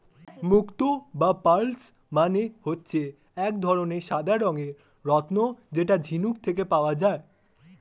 মুক্তো বা পার্লস মানে হচ্ছে এক ধরনের সাদা রঙের রত্ন যেটা ঝিনুক থেকে পাওয়া যায়